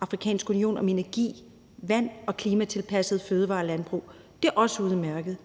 Afrikanske Union, om energi, vand og klimatilpassede fødevarer og landbrug. Det er også udmærket.